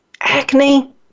acne